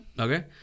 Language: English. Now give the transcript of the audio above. Okay